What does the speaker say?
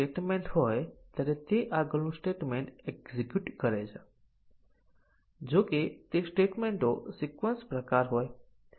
પરંતુ પછી આપણે આગ્રહ રાખી શકીએ કે આપણને બેઝીક કન્ડીશન ની કવરેજની જ જરૂર નથી પણ આપણને ડીસીઝન કવરેજ પણ જોઈએ છે